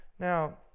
Now